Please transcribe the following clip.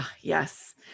Yes